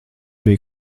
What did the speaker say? bija